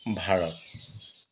Bharat